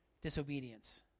Disobedience